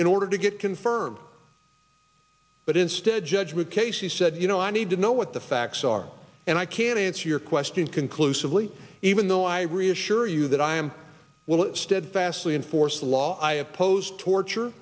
in order to get confirmed but instead judgment casey said you know i need to know what the facts are and i can answer your question conclusively even though i reassure you that i am well if steadfastly enforce the law i oppose torture